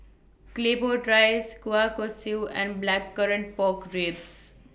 Claypot Rice Kueh Kosui and Blackcurrant Pork Ribs